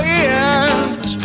ears